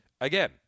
Again